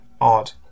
odd